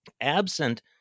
Absent